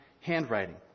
handwriting